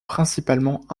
principalement